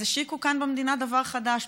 אז השיקו כאן במדינה דבר חדש,